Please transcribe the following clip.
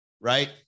right